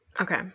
Okay